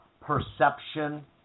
perception